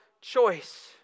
choice